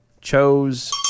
chose